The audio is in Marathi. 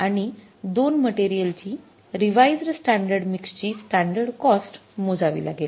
आणि २ मटेरियल ची रिवाईज्ड स्टॅंडर्ड मिक्स ची स्टॅंडर्ड कॉस्ट मोजावी लागेल